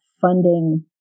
funding